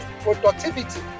productivity